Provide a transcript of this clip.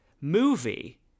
movie